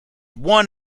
won